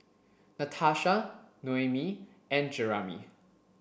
Natasha Noemi and Jeramie